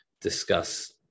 discuss